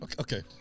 okay